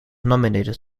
nominated